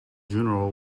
juno